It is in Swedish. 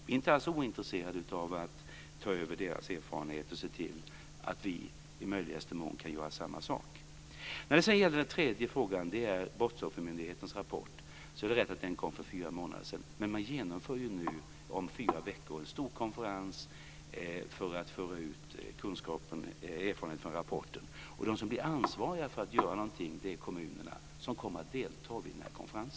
Vi är inte alls ointresserade av att ta del av deras erfarenheter och se till att vi i möjligaste mån kan göra samma sak. Den tredje frågan gäller Brottsoffermyndighetens rapport som kom för fyra månader sedan. Om fyra veckor ska det hållas en stor konferens för att föra ut kunskaperna och erfarenheterna i rapporten. De som är ansvariga för att göra någonting är kommunerna som kommer att delta vid denna konferens.